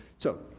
so,